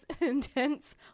intense